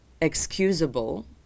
excusable